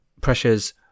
pressures